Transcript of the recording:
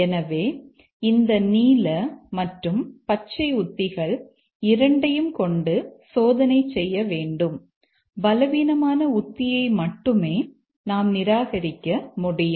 எனவே இந்த நீல மற்றும் பச்சை உத்திகள் இரண்டையும் கொண்டு சோதனை செய்ய வேண்டும் பலவீனமான உத்தியை மட்டுமே நாம் நிராகரிக்க முடியும்